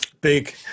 big